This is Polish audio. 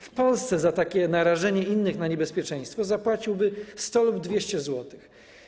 W Polsce za takie narażenie innych na niebezpieczeństwo zapłaciłby 100 lub 200 zł.